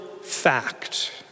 fact